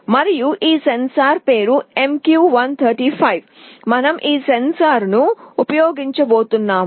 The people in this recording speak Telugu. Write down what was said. మరియు ఈ సెన్సార్ పేరు MQ135 మనం ఉపయోగించబోతున్నాము